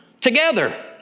together